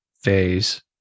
phase